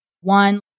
one